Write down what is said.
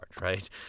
right